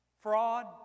Fraud